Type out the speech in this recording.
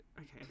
Okay